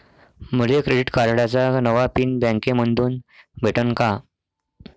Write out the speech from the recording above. मले क्रेडिट कार्डाचा नवा पिन बँकेमंधून भेटन का?